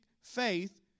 faith